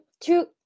two